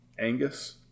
Angus